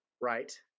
Right